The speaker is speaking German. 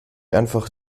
einfach